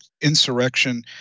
insurrection